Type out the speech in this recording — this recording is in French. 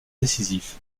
décisif